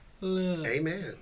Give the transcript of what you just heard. Amen